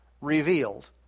revealed